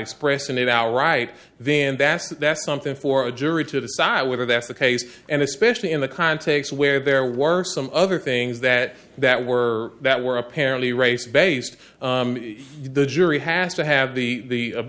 expressing it our right then that's that's something for a jury to decide whether that's the case and especially in the context where there were some other things that that were that were apparently race based the jury has to have the